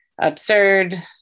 absurd